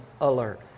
alert